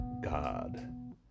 God